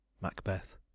Macbeth